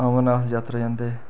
अमरनाथ जात्तरा जंदे